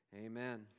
amen